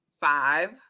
five